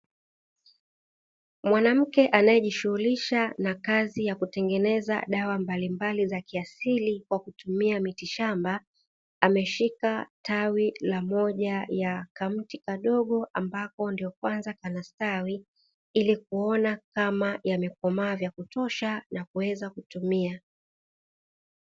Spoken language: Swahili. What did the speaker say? Mwanamke anayejishughulisha na kazi ya kutengeneza dawa mbalimbali za kiasili kwa kutumia mitishamba, ameshika tawi la moja ya kamti kadogo ambako ndo kwanza kanastawi ili kuona kama yamekomaa vya kutosha na kuweza kutumia.